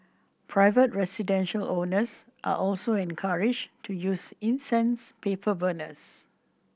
private residential owners are also encouraged to use incense paper burners